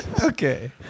Okay